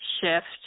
shift